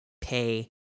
pay